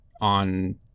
on